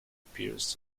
appears